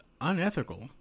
unethical